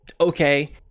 okay